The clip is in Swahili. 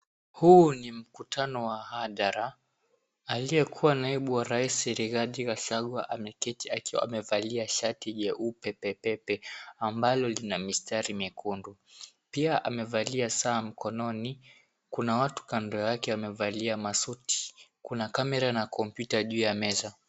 Huu ni mkutano wa hadhara. Aliyekuwa naibu wa rais Rigathi Gachagua ameketi akiwa amevalia shati jeupe pepepe ambalo lina mistari mekundu. Pia amevalia saa mkononi. Kuna watu kando yake wamevalia masuti. Kuna kamera na kompyuta juu ya meza.